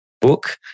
book